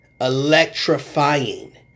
Electrifying